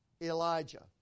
Elijah